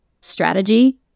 strategy